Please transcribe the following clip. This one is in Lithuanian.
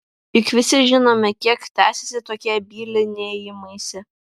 juk visi žinome kiek tęsiasi tokie bylinėjimaisi